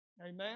Amen